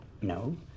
No